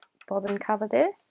bobbin cover there.